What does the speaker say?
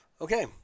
okay